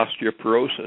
osteoporosis